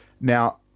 Now